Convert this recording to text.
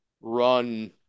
run